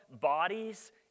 bodies